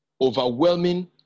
overwhelming